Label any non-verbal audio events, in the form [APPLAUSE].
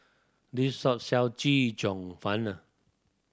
this shop sell Chee Cheong [UNINTELLIGIBLE]